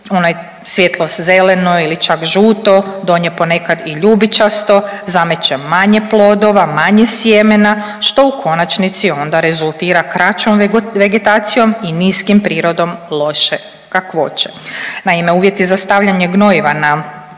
ono svjetlo zeleno ili čak žuto, donje ponekad i ljubičasto zameće manje plodova, manje sjemena što u konačnici onda rezultira kraćom vegetacijom i niskim prirodom loše kakvoće. Naime, uvjeti za stavljanje gnojiva na